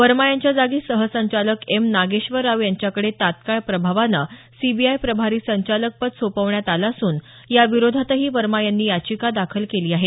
वर्मा यांच्या जागी सहसंचालक एम नागेश्वर राव यांच्याकडे तत्काळ प्रभावानं सीबीआय प्रभारी संचालकपद सोपवण्यात आलं असून याविरोधातही वर्मा यांनी याचिका दाखल केली आहे